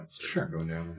sure